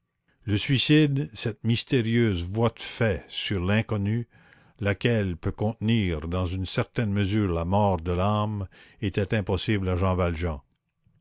le suicide cette mystérieuse voie de fait sur l'inconnu laquelle peut contenir dans une certaine mesure la mort de l'âme était impossible à jean valjean